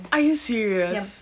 are you serious